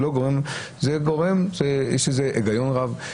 יש לזה היגיון רב,